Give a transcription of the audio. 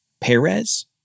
Perez